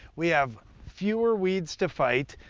we have fewer weeds to fight,